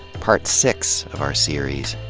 part six of our series,